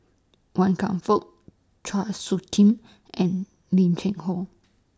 Wan Kam Fook Chua Soo Khim and Lim Cheng Hoe